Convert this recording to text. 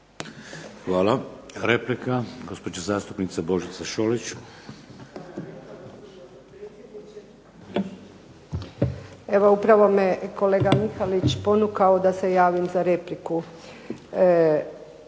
Hvala. Replika, gospođa zastupnica Božica Šolić.